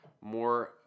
more